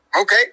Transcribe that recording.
Okay